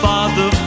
Father